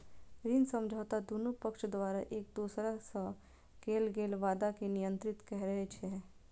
ऋण समझौता दुनू पक्ष द्वारा एक दोसरा सं कैल गेल वादा कें नियंत्रित करै छै